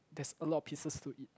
there's a lot of pieces to eat